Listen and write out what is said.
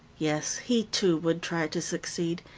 yes, he too would try to succeed.